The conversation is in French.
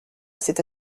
cette